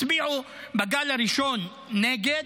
הצביעו בגל הראשון נגד,